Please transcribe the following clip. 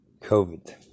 COVID